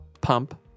Pump